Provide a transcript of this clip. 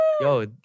Yo